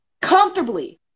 comfortably